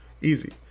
Easy